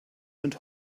sind